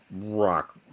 rock